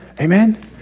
Amen